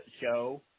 show